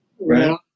Right